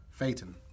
Phaeton